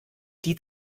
die